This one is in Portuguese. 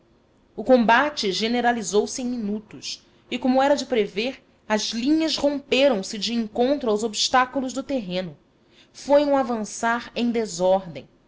o combate generalizou se em minutos e como era de prever as linhas romperam se de encontro aos obstáculos do terreno foi um avançar em desordem